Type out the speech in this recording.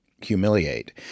humiliate